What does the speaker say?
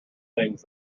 things